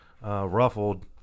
ruffled